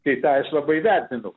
tai tą aš labai vertinu